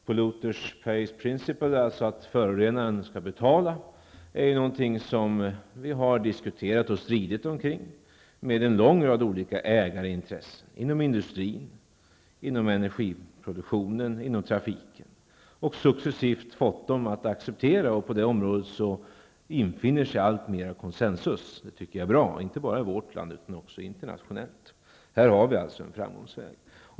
Polluter pays principle, dvs. att förorenaren skall betala, har vi diskuterat och stridit kring med en lång rad ägarintressen inom industrin, energiproduktionen och trafiken. Successivt har vi fått dem att acceptera. På detta område infinner sig alltmer av konsensus, inte bara i vårt land utan även internationellt. Det tycker jag är bra. Här har vi en framgångsväg.